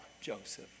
Joseph